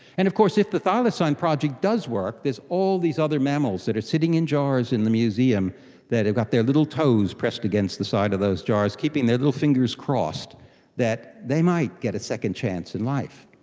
and of course if the thylacine project does work, there's all these other mammals that are sitting in jars in a museum that have got their little toes pressed against the side of those jars, keeping their little fingers crossed that they might get a second chance in life.